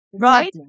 Right